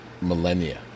millennia